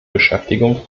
beschäftigung